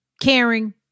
caring